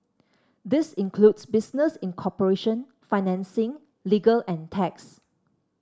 this includes business incorporation financing legal and tax